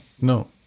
no